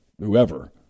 whoever